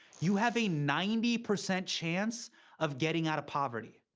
you have a ninety percent chance of getting out of poverty.